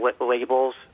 labels